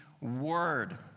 word